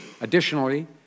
Additionally